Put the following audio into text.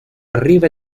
arriba